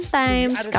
times